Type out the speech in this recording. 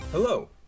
Hello